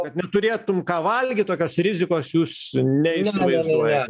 kad neturėtum ką valgyt tokios rizikos jūs neįsivaizduojat